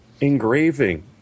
engraving